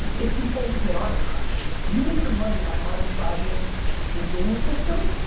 it's the ultimate arbitrage. you make your money by arbitraging within the system.